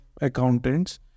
accountants